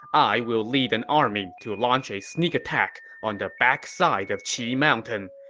i will lead an army to launch a sneak attack on the backside of qi mountain.